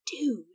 Dude